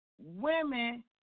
women